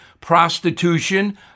prostitution